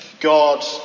God